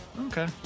Okay